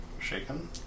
shaken